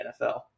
NFL